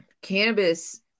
cannabis